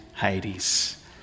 Hades